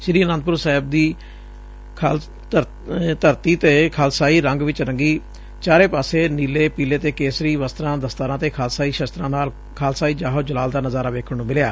ਸ੍ਰੀ ਆਨੰਦਪੁਰ ਸਾਹਿਬ ਦੀ ਖਾਲਸਾਈ ੰਗੀ ਪੁਰੀ ਧਰਤੀ ਤੇ ਚਾਰੇ ਪਾਸੇ ਨੀਲੇ ਪੀਲੇ ਅਤੇ ਕੇਸਰੀ ਵਸਤਰਾਂ ਦਸਤਾਰਾਂ ਅਤੇ ਖਾਲਸਾਈ ਸ਼ਸਤਰਾਂ ਨਾਲ ਖਾਲਸਾਈ ਜਾਹੋ ਜਲਾਲ ਦਾ ਨਜ਼ਾਰਾ ਵੇਖਣ ਨੂੰ ਮਿਲਿਆ